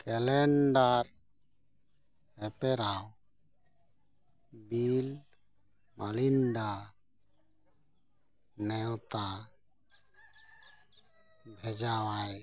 calendar ᱦᱮᱯᱮᱨᱟᱣ ᱵᱤᱨ ᱢᱟᱞᱤᱱᱰᱟ ᱱᱮᱶᱛᱟ ᱵᱷᱮᱡᱟ ᱟᱭ